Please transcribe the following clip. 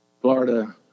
Florida